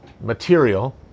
material